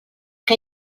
que